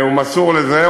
הוא מסור לזה.